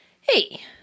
Hey